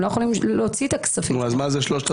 הם לא יכולים להוציא את הכספים --- אז מה זה 3,000,